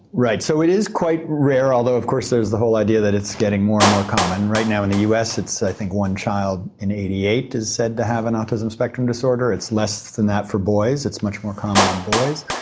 right. so it is quite rare although of course there's the whole idea that it's getting more and more common. right now in the us it's, i think, one child in eighty eight is said to have an autism spectrum disorder. it's less than that for boys it's much more common in boys.